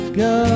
go